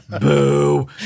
Boo